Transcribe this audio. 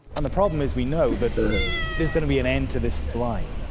and the problem is we know that there's going to be an end to this line.